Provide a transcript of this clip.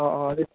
অঁ অঁ